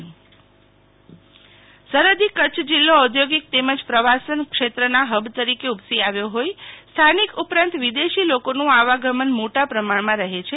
શીતલ વૈશ્નવ પ્રવાસીઓ ઘટ્યા સરહદી કચ્છ જિલ્લો ઔદ્યોગિક તેમજ પ્રવાસન ક્ષેત્રના હબ તરીકે ઉપસી આવ્યો હોઈ સ્થાનિક ઉપાંત વિદેશી લોકોનું આવાગમન મોટા પ્રમાણમાં રહે છે